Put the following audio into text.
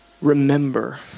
Remember